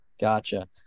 Gotcha